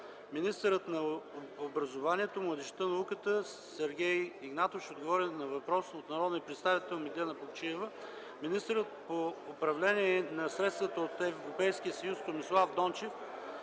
министърът на образованието, младежта и науката Сергей Игнатов ще отговори на въпрос от народния представител Меглена Плугчиева; - министърът по управление на средствата от Европейския съюз Томислав Дончев